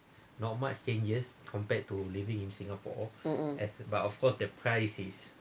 mmhmm